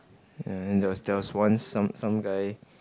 yeah and there was there was once some some guy